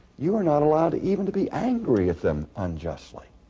you are not allowed even to be angry at them unjustly.